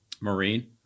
Marine